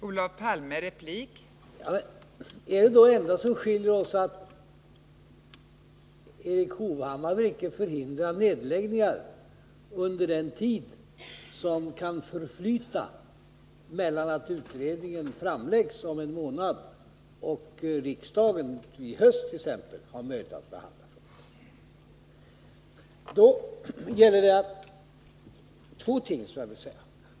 Fru talman! Är det enda som skiljer oss att Erik Hovhammar inte vill förhindra nedläggningar under den tid som kan förflyta mellan det att utredningen framläggs om en månad och riksdagen i höst t.ex. har möjlighet att behandla den? Då gäller två saker.